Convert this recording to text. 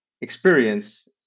experience